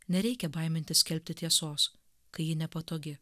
nereikia baimintis skelbti tiesos kai ji nepatogi